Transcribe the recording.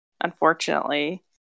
unfortunately